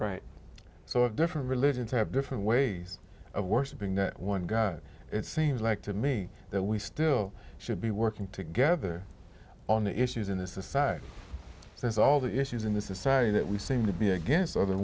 right so of different religions have different ways of worshipping that one god it seems like to me that we still should be working together on issues in this society since all the issues in this society that we seem to be against othe